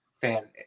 fan